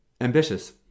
ambitious